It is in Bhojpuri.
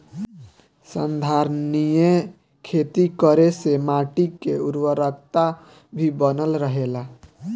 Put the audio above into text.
संधारनीय खेती करे से माटी के उर्वरकता भी बनल रहेला